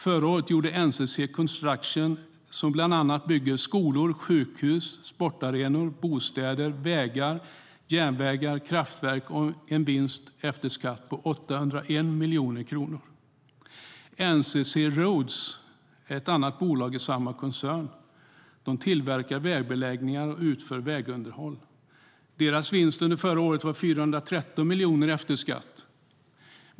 Förra året gjorde NCC Construction, som bland annat bygger skolor, sjukhus, sportarenor, bostäder, vägar, järnvägar och kraftverk en vinst efter skatt på 801 miljoner kronor. NCC Roads är ett annat bolag i samma koncern. De tillverkar vägbeläggningar och utför vägunderhåll. Deras vinst under förra året var 413 miljoner efter skatt.